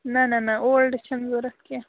نہَ نہَ نہَ اولڈ چھِنہٕ ضروٗرت کیٚنٛہہ